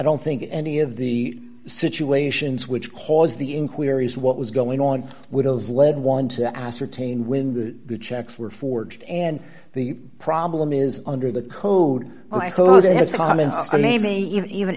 don't think any of the situations which cause the inquiries what was going on with those lead one to ascertain when the checks were forged and the problem is under the code